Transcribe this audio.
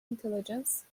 intelligence